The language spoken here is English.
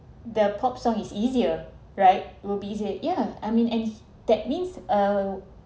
the pop song is easier right will be easier yeah I mean and that means uh